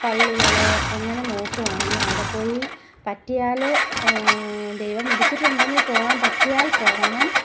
പള്ളികൾ അങ്ങനെ നോക്കുകയാണ് അവിടെ പോയി പറ്റിയാൽ ദൈവം വിധിച്ചിട്ടുണ്ടെങ്കിൽ പോവാം പറ്റിയാൽ പോകണം